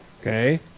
Okay